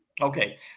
Okay